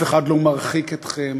אף אחד לא מרחיק אתכם.